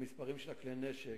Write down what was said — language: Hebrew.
המספרים של כלי-הנשק,